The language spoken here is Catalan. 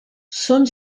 són